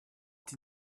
die